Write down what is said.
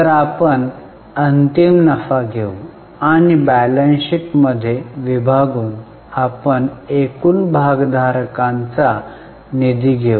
तर आपण अंतिम नफा घेऊ आणि बॅलन्स शीट मध्ये विभागून आपण एकूण भागधारकांचा निधी घेऊ